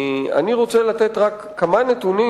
אני רוצה לתת רק כמה נתונים,